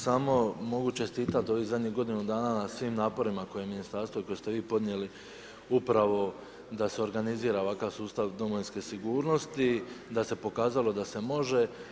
Samo mogu čestitati u ovih zadnjih godinu dana, na svim naporima, koje ministarstvo i koje ste vi podnijeli, upravo da ste organizira ovakav sustav domovinske sigurnosti, da se pokazalo da se može.